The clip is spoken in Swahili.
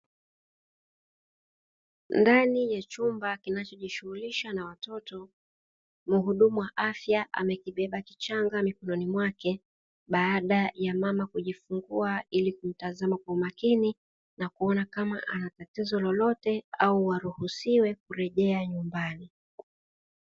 Ndani ya chumba kinachojishughulisha na watoto mhudumu wa afya amekibeba kichanga mikononi mwake, baada ya mama kujifungua ili kumtazama kwa umakini na kuona kama anatatizo lolote au aruhusiwe kurejea nyumbani.